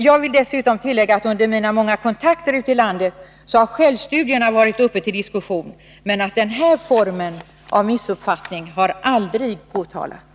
Jag vill dessutom tillägga att vid mina många kontakter ute i landet även självstudierna har varit uppe till diskussion, men att den form av missuppfattning som det här rör sig om aldrig har kommit till uttryck.